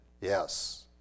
Yes